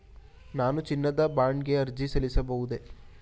ನಾನು ಚಿನ್ನದ ಬಾಂಡ್ ಗೆ ಅರ್ಜಿ ಸಲ್ಲಿಸಬಹುದೇ?